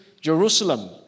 Jerusalem